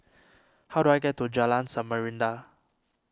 how do I get to Jalan Samarinda